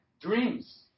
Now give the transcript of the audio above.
dreams